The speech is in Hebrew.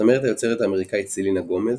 הזמרת היוצרת האמריקאית סלינה גומז,